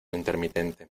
intermitente